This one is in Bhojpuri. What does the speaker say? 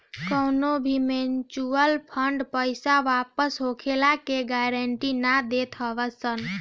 कवनो भी मिचुअल फंड पईसा वापस होखला के गारंटी नाइ देत हवे सन